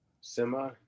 Semi